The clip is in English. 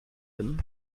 him